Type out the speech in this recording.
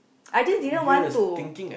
I just didn't want to